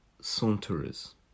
saunterers